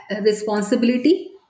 responsibility